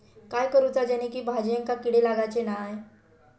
काय करूचा जेणेकी भाजायेंका किडे लागाचे नाय?